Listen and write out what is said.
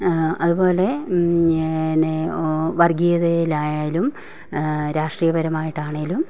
അതുപോലെ ഇങ്ങനെ വർഗീയതയാലും രാഷ്ട്രീയപരമായിട്ട് ആണെങ്കിലും